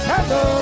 Hello